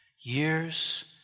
years